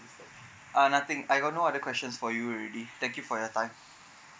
err nothing I got no other questions for you already thank you for your time